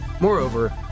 Moreover